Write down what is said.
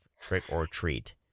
trick-or-treat